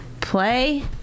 Play